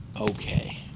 Okay